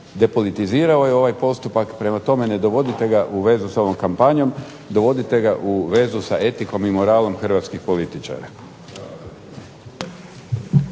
depolitizirao je ovaj postupak. Prema tome, ne dovodite ga u vezu sa ovom kampanjom, dovodite ga u vezu sa etikom i moralom hrvatskih političara.